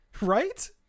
right